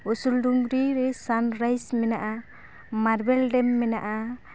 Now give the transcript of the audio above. ᱩᱥᱩᱞ ᱰᱩᱝᱨᱤ ᱨᱮ ᱥᱟᱱᱨᱟᱭᱤᱥ ᱢᱮᱱᱟᱜᱼᱟ ᱢᱟᱨᱵᱮᱞ ᱰᱮᱢ ᱢᱮᱱᱟᱜᱼᱟ